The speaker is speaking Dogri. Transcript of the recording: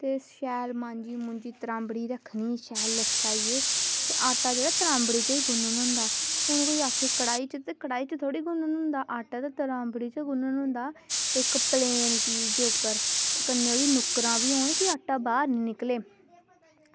ते शैल मांजी त्राम्बड़ी रक्खनी शैल लश्काइयै ते आटा जेह्ड़ा त्राम्बड़ी च गै गुन्नना होंदा हून कोई आक्खै कढ़ाई च ते कढ़ाई् च थोह्ड़े ना गुन्नना होंदा आटा ते त्राम्बड़ी च गुन्नना होंदा इक्क प्लेन चीज़ दे उप्पर ते कन्नै नुक्करां बी होन कि आटा बाहर निं निकले